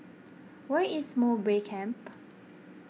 where is Mowbray Camp